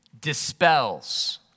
dispels